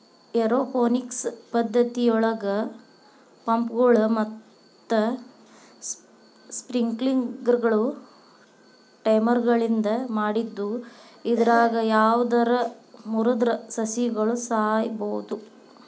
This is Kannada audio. ಏರೋಪೋನಿಕ್ಸ್ ಪದ್ದತಿಯೊಳಗ ಪಂಪ್ಗಳು ಮತ್ತ ಸ್ಪ್ರಿಂಕ್ಲರ್ಗಳು ಟೈಮರ್ಗಳಿಂದ ಮಾಡಿದ್ದು ಇದ್ರಾಗ ಯಾವದರ ಮುರದ್ರ ಸಸಿಗಳು ಸಾಯಬೋದು